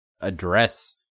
address